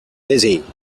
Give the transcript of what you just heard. busy